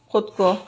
خود کو